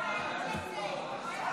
מה עם --- טרור,